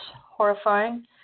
horrifying